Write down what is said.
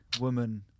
Woman